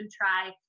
try